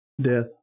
death